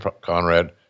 Conrad